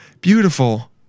Beautiful